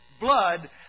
blood